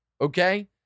okay